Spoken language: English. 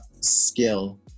skill